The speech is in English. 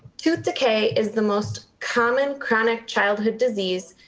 tooth decay is the most common chronic childhood disease,